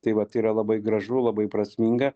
tai vat yra labai gražu labai prasminga